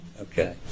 Okay